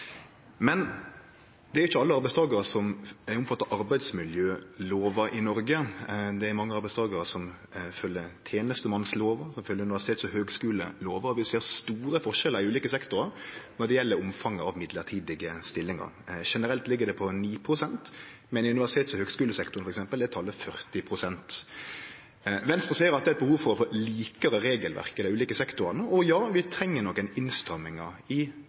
Men det er ikkje alle arbeidstakarar som er omfatta av arbeidsmiljølova i Noreg. Det er mange arbeidstakarar som følgjer tenestemannslova eller universitets- og høgskulelova, og vi ser store forskjellar mellom ulike sektorar når det gjeld omfanget av mellombelse stillingar. Generelt ligg det på 9 pst., men i f.eks. universitets- og høgskulesektoren er talet 40 pst. Venstre ser at det er eit behov for å få likare regelverk mellom dei ulike sektorane, og ja, vi treng nokre innstrammingar i